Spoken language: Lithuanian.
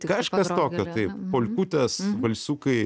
kažkas tokio taip polkutės valsiukai